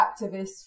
activists